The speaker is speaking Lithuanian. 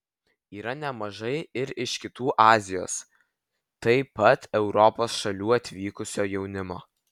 yra nemažai ir iš kitų azijos taip pat europos šalių atvykusio jaunimo